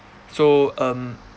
so um